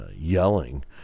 yelling